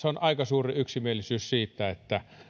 on aika suuri yksimielisyys siitä että